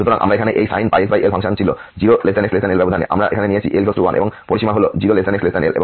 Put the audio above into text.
সুতরাং আমরা এখানে এই sin πxl ফাংশন ছিল 0 x l ব্যবধানে আমরা এখানে নিয়েছি l 1 এবং পরিসীমা হল 0 x l